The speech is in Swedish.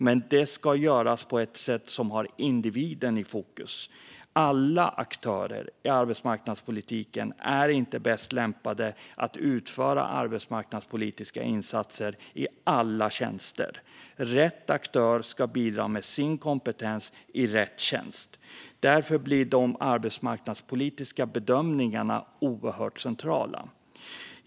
Men det ska göras på ett sätt som har individen i fokus. Alla aktörer i arbetsmarknadspolitiken är inte bäst lämpade att utföra arbetsmarknadspolitiska insatser i alla tjänster. Rätt aktör ska bidra med sin kompetens i rätt tjänst. Därför blir de arbetsmarknadspolitiska bedömningarna oerhört centrala.